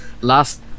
Last